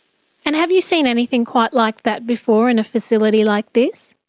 and have you seen anything quite like that before in a facility like this?